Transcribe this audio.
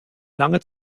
lange